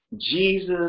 Jesus